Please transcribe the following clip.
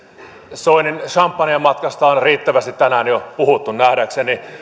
soinin samppanjamatkasta on riittävästi tänään jo puhuttu nähdäkseni